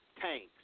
tanks